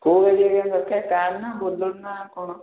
କେଉଁ ଗାଡ଼ି ଦରକାର କାର ନା ବୋଲେରୋ ନା କଣ